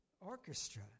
orchestra